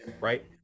right